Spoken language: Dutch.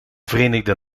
verenigde